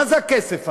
מה זה הכסף הזה?